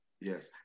Yes